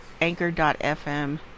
anchor.fm